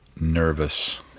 nervous